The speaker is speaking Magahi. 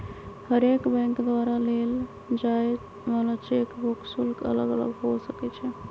हरेक बैंक द्वारा लेल जाय वला चेक बुक शुल्क अलग अलग हो सकइ छै